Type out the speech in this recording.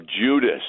Judas